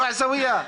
לא עיסאוויה?